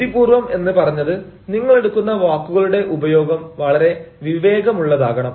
ബുദ്ധിപൂർവ്വം എന്ന് പറഞ്ഞത് നിങ്ങൾ എടുക്കുന്ന വാക്കുകളുടെ ഉപയോഗം വളരെ വിവേകമുള്ളതാകണം